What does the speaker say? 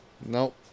Nope